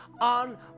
on